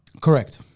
Correct